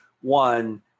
one